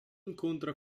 incontra